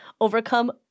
overcome